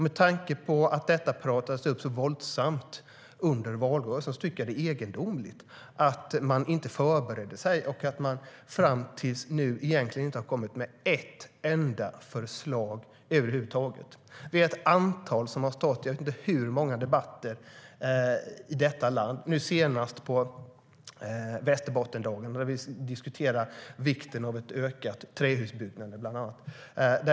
Med tanke på att detta trissades upp så våldsamt under valrörelsen tycker jag att det är egendomligt att man inte förberedde sig. Fram till nu har man egentligen inte kommit med ett enda förslag över huvud taget. Det är ett antal som har varit med i jag vet inte hur många debatter i detta land, nu senast på Västerbottendagarna när vi diskuterade vikten av att öka trähusbyggandet.